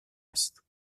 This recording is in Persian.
است